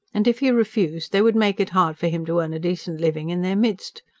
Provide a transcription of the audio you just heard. and if he refused, they would make it hard for him to earn a decent living in their midst.